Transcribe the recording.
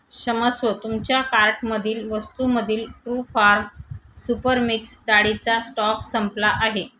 क्षमस्व तुमच्या कार्टमधील वस्तूमधील ट्रूफार्म सुपर मिक्स डाळीचा स्टॉक संपला आहे